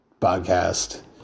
podcast